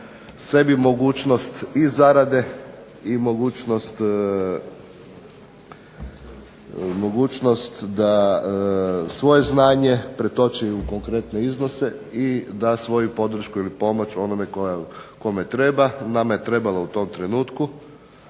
sebi mogućnost i zarade i mogućnost da svoje znanje pretoči u konkretne iznose i da svoju podršku ili pomoć onome kome treba. Nama je trebalo u tom trenutku.